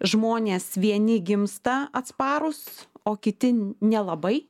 žmonės vieni gimsta atsparūs o kiti nelabai